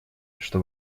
что